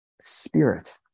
spirit